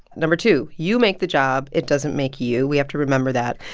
number two, you make the job. it doesn't make you. we have to remember that.